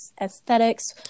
aesthetics